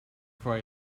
for